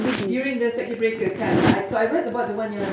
during the circuit breaker kan so I read about the one yang